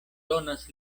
donas